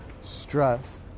stress